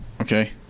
okay